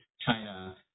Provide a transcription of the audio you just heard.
china